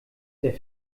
der